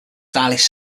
stylish